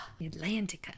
Atlantica